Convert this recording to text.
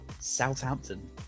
Southampton